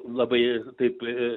labai taikli